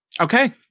Okay